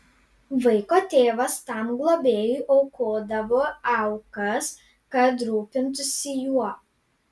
vaiko tėvas tam globėjui aukodavo aukas kad rūpintųsi juo